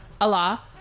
Allah